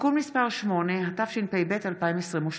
(תיקון מס' 8), התשפ"ב 2022,